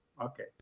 okay